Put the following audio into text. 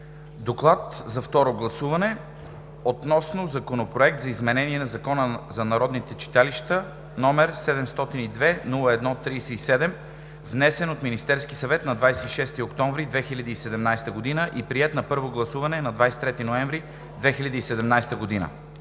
„Доклад за второ гласуване относно Законопроект за изменение на Закона за народните читалища, № 702-01-37, внесен от Министерския съвет на 26 октомври 2017 г. и приет на първо гласуване на 23 ноември 2017 г.“.